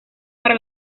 para